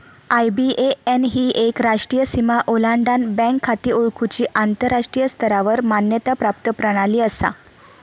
IBAN ही एक राष्ट्रीय सीमा ओलांडान बँक खाती ओळखुची आंतराष्ट्रीय स्तरावर मान्यता प्राप्त प्रणाली असा